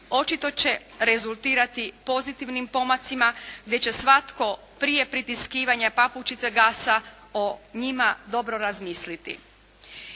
očito će rezultirati pozitivnim pomacima gdje će svatko prije pritiskivanja papučica gasa o njima dobro razmisliti.